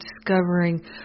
discovering